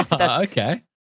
Okay